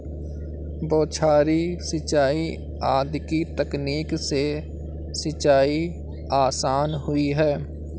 बौछारी सिंचाई आदि की तकनीक से सिंचाई आसान हुई है